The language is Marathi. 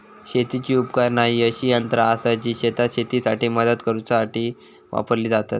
शेतीची उपकरणा ही अशी यंत्रा आसत जी शेतात शेतीसाठी मदत करूसाठी वापरली जातत